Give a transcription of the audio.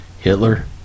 Hitler